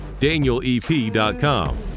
danielep.com